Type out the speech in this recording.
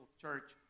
church